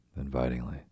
invitingly